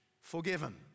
forgiven